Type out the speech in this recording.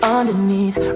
Underneath